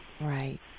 Right